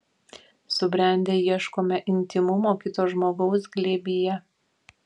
subrendę ieškome intymumo kito žmogaus glėbyje